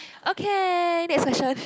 okay next question